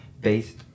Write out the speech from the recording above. based